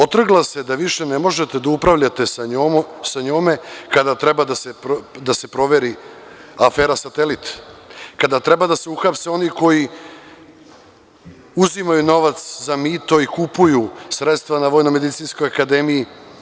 Otrgla se da više ne možete da upravljate sa njom kada treba da se proveri afera „Satelit“, kada treba da se uhapse oni koji uzimaju novac za mito i kupuju sredstva na Vojnomedicinskoj akademiji.